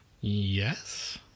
Yes